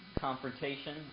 confrontation